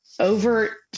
over